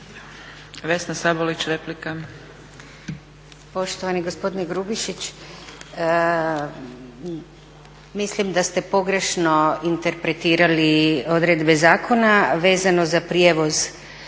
**Sabolić, Vesna (HNS)** Poštovani gospodine Grubišić, mislim da ste pogrešno interpretirali odredbe zakona vezano za prijevoz.